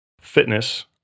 Fitness